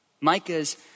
Micah's